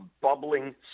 bubbling